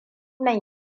nan